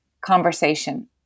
conversation